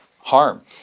harm